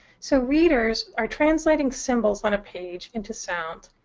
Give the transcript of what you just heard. so readers are translating symbols on a page into sounds.